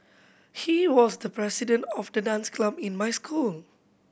he was the president of the dance club in my school